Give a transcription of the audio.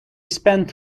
spent